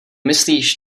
myslíš